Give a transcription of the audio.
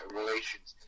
relations